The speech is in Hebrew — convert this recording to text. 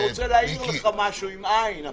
אני רוצה להעיר לך משהו, עם עי"ן הפעם.